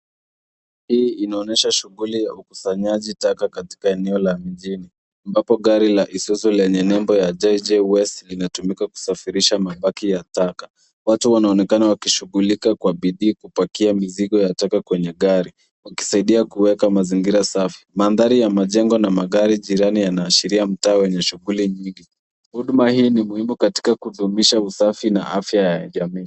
Hii inaonyesha shughuli ya ukusanyaji taka katika eneo la mijini ambapo gari la Isuzu lenye nembo la JJUS limetumika kusafirisha mabaki ya taka. Watu wanaonekana wakishughulika kwa bidii kupakia mizigo ya taka kwenye gari wakisaidia kuweka mazingira safi. Mandhari ya majengo na magari jirani yanaashiria mtaa wenye shghuli nyingi. Huduma hii ni muhimu katika kudumisha usafi na afya ya jamii.